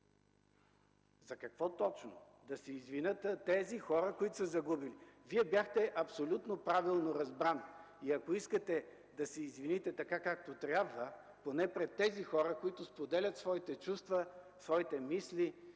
За какво точно да се извинят тези хора, които са загубили? Вие бяхте абсолютно правилно разбран и ако искате да се извините така, както трябва, поне пред тези хора, които споделят своите чувства, своите мисли